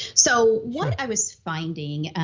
so what i was finding.